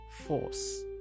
force